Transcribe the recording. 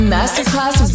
Masterclass